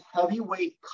heavyweight